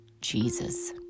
Jesus